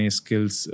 skills